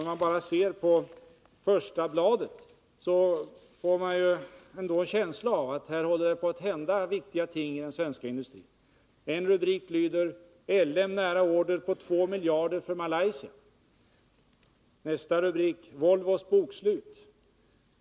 Om man bara ser på det första bladet, får man en känsla av att det håller på att hända viktiga ting i den svenska industrin. En rubrik lyder: ”LM nära order på 2 miljarder för Malaysia.” Två andra rubriker är: ”Volvos bokslut.